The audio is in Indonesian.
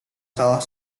salah